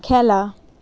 খেলা